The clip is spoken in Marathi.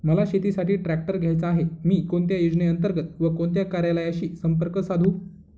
मला शेतीसाठी ट्रॅक्टर घ्यायचा आहे, मी कोणत्या योजने अंतर्गत व कोणत्या कार्यालयाशी संपर्क साधू?